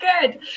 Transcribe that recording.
good